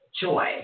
joy